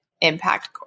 impact